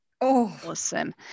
awesome